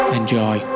enjoy